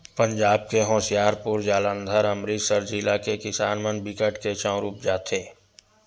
पंजाब के होसियारपुर, जालंधर, अमरितसर जिला के किसान मन बिकट के चाँउर उपजाथें